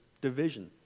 division